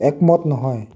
একমত নহয়